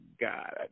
God